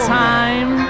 time